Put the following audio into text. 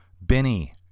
Benny